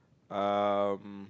um